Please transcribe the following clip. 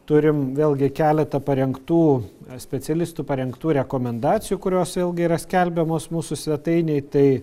turim vėlgi keletą parengtų specialistų parengtų rekomendacijų kurios vėlgi yra skelbiamos mūsų svetainėj tai